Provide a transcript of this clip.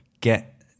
get